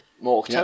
more